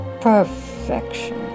Perfection